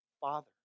father